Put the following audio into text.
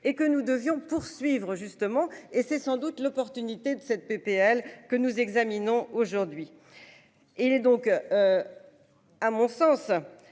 et que nous devions poursuivre justement et c'est sans doute l'opportunité de cette PPL que nous examinons aujourd'hui. Et il donc. À mon sens.